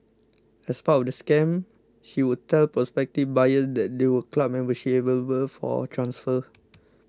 as part of the scam she would tell prospective buyers there they were club memberships available for transfer